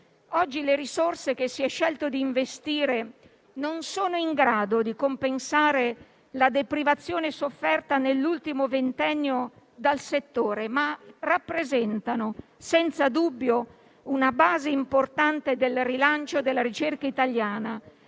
Oggi le risorse che si è scelto di investire non sono in grado di compensare la deprivazione sofferta nell'ultimo ventennio dal settore, ma rappresentano senza dubbio una base importante del rilancio della ricerca italiana